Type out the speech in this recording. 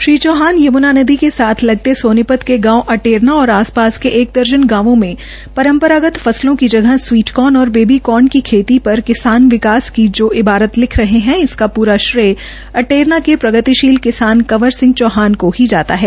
श्री चौहान यमुनानगर के साथ लगते सोनीपत के गांव अटेरना और आस पास के एक दर्जन गांवों में परम्परागत फसलों की जगह स्वीट कोर्न और बेबी कोर्न् की खेती कर किसान विकास की जो इबारत लिख् रहे है इसका पूर श्रेय अटेरना के प्रगतिशील किसान कंवर सिंह चौहान को जाता है